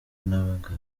n’abaganga